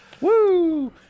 Woo